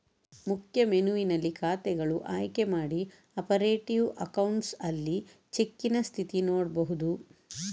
ಮುಖ್ಯ ಮೆನುವಿನಲ್ಲಿ ಖಾತೆಗಳು ಆಯ್ಕೆ ಮಾಡಿ ಆಪರೇಟಿವ್ ಅಕೌಂಟ್ಸ್ ಅಲ್ಲಿ ಚೆಕ್ಕಿನ ಸ್ಥಿತಿ ನೋಡ್ಬಹುದು